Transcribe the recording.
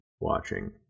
watching